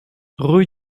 rue